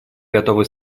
готова